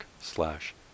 slash